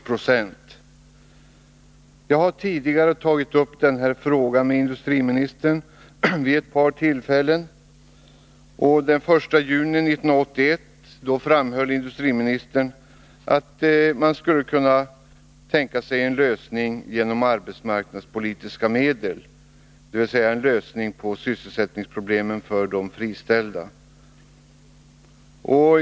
Jag har tidigare vid ett par tillfällen tagit upp den här frågan med industriministern. Den 1 juni 1981 framhöll industriministern att man skulle kunna tänka sig att lösa sysselsättningsproblemen för de anställda genom att använda arbetsmarknadspolitiska medel.